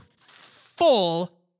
full